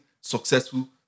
successful